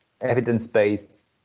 evidence-based